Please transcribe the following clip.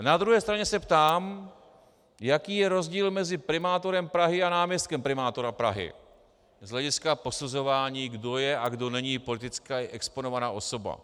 Na druhé straně se ptám, jaký je rozdíl mezi primátorem Prahy a náměstkem primátora Prahy z hlediska posuzování, kdo je a kdo není politicky exponovaná osoba.